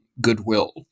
goodwill